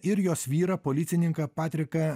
ir jos vyrą policininką patriką